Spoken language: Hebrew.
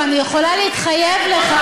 ואני מוכנה להתחייב לך